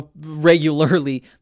regularly